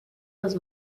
los